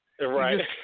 Right